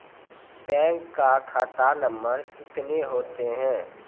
Bank का खाता number कितने होते हैं?